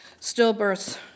stillbirths